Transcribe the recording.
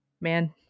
Man